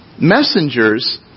messengers